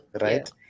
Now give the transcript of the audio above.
right